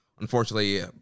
Unfortunately